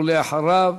ואחריו,